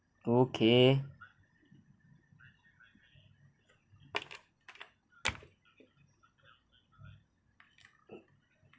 okay